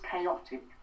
chaotic